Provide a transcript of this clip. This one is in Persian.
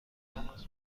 تماس